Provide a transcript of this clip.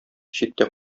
читтә